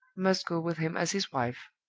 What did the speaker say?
must go with him as his wife.